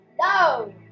no